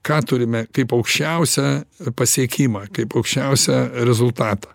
ką turime kaip aukščiausią pasiekimą kaip aukščiausią rezultatą